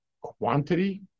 quantity